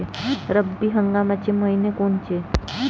रब्बी हंगामाचे मइने कोनचे?